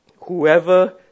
Whoever